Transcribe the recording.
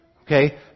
Okay